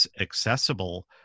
accessible